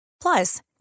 Plus